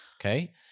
okay